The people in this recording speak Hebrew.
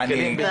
מתחילים בדיון.